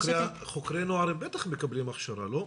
אבל חוקרי נוער בטח מקבלים הכשרה, לא?